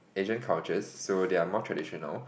Asian cultures so they are more traditional